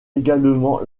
également